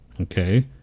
okay